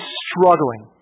struggling